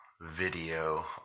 video